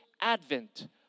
advent